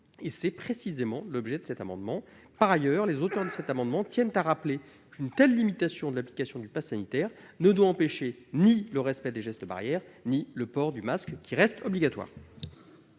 C'est précisément l'objet de cet amendement. Par ailleurs, ses auteurs tiennent à rappeler qu'une telle limitation de l'application du passe sanitaire ne doit empêcher ni le respect des gestes barrières ni le port du masque, qui reste obligatoire.